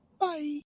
Bye